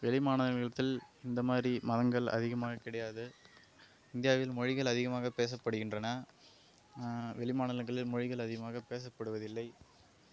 வெளி மாநிலத்தில் இந்த மாதிரி மதங்கள் அதிகமாக கிடையாது இந்தியாவில் மொழிகள் அதிகமாக பேசப்படுகின்றன வெளி மாநிலங்களில் மொழிகள் அதிகமாக பேசப்படுவதில்லை